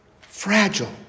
Fragile